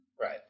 Right